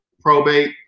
Probate